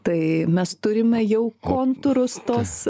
tai mes turime jau kontūrus tos